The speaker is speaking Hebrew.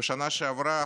בשנה שעברה,